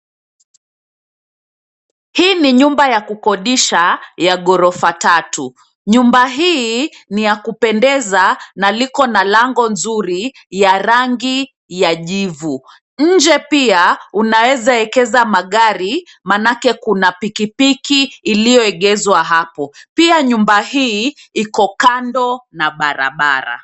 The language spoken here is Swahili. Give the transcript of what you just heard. Hii ni nyumba ya kukodisha ya ghorofa tatu, nyumba hii, ni yakupendeza, na liko na lango nzuri, ya rangi, ya jivu, nje pia, unaeza ekeza magari, manake kuna pikipiki iliyoegezwa hapo, pia nyumba hii, iko kando na barabara.